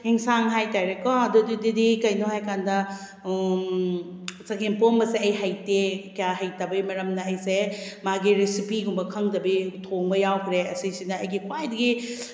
ꯑꯦꯟꯁꯥꯡ ꯍꯥꯏꯇꯥꯔꯦꯀꯣ ꯑꯗꯣ ꯑꯗꯨꯗꯤ ꯀꯩꯅꯣ ꯍꯥꯏꯀꯥꯟꯗ ꯆꯒꯦꯝꯄꯣꯝꯕꯁꯦ ꯑꯩ ꯍꯩꯇꯦ ꯀꯌꯥ ꯍꯩꯇꯕꯩ ꯃꯔꯝꯅ ꯑꯩꯁꯦ ꯃꯥꯒꯤ ꯔꯦꯁꯤꯄꯤꯒꯨꯝꯕ ꯈꯪꯗꯕꯤ ꯊꯣꯡꯕ ꯌꯥꯎꯈ꯭ꯔꯦ ꯑꯁꯤꯁꯤꯅ ꯑꯩꯒꯤ ꯈ꯭ꯋꯥꯏꯗꯒꯤ